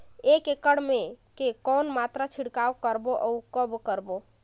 एक एकड़ मे के कौन मात्रा छिड़काव करबो अउ कब करबो?